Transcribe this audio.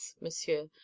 Monsieur